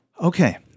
Okay